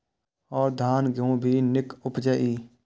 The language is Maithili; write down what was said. और धान गेहूँ भी निक उपजे ईय?